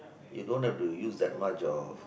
you don't have to use that much of